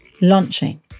launching